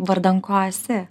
vardan ko esi